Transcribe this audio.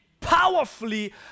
powerfully